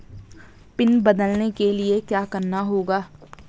Pin बदलने के लिए क्या करना होगा?